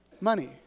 money